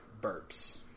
burps